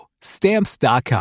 Stamps.com